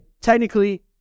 technically